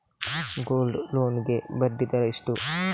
Gold loan ಗೆ ಬಡ್ಡಿ ದರ ಎಷ್ಟು?